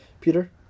Peter